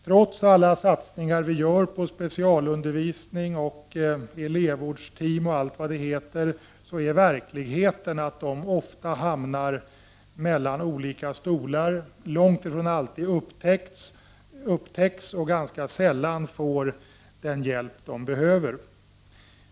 Trots alla satsningar som görs på specialundervisning och elevvårdsteam osv. hamnar dessa elever ofta mellan olika stolar, de upptäcks långt ifrån alltid, och de får ganska sällan den hjälp som de behöver.